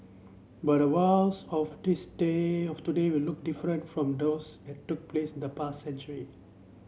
but the wars of this day of today will look different from those that took place in the past century